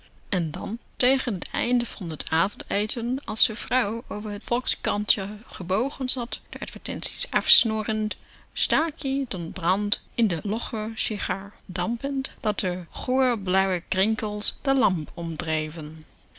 heenen dan tegen t eind van t avondeten als de vrouw over t volkskrantje gebogen zat de advertenties afsnorrend stak ie den brand in de logge sigaar dampend dat de goorblauwe krinkels de lamp